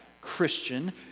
Christian